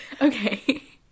Okay